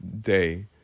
day